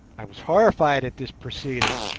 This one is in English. i was horrified at this proceeding,